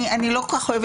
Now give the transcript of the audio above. אני חושב